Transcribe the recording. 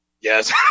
Yes